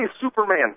Superman